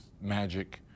Magic